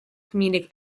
comedic